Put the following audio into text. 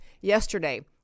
yesterday